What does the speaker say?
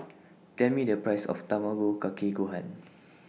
Tell Me The Price of Tamago Kake Gohan